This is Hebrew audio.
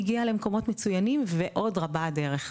הגיעה למקומות מצוינים ועוד רבה הדרך.